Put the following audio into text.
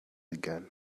again